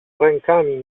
rękami